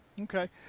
Okay